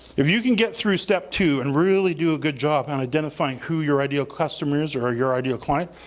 if you can get through step two and really do a good job on identifying who your ideal customers or your ideal client,